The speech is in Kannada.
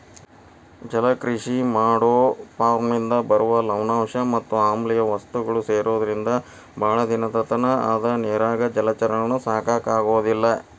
ಜಲಕೃಷಿ ಮಾಡೋ ಫಾರ್ಮನಿಂದ ಬರುವ ಲವಣಾಂಶ ಮತ್ ಆಮ್ಲಿಯ ವಸ್ತುಗಳು ಸೇರೊದ್ರಿಂದ ಬಾಳ ದಿನದತನ ಅದ ನೇರಾಗ ಜಲಚರಗಳನ್ನ ಸಾಕಾಕ ಆಗೋದಿಲ್ಲ